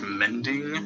mending